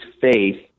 faith